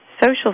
social